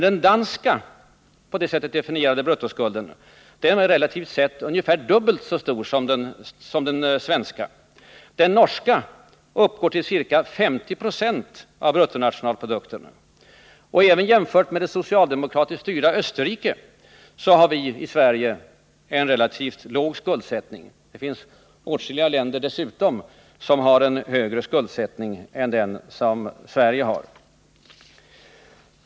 Den danska på det sättet definierade bruttoskulden är relativt sett ungefär dubbelt så stor som den svenska, och den norska uppgår till ca 50 90 av bruttonationalprodukten. Även jämfört med det också socialdemokratiskt styrda Österrike har Sverige en relativt låg skuldsättning. Det finns dessutom åtskilliga andra länder som har en högre skuldsättning än den som Sverige har.